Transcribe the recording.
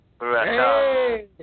Hey